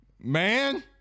man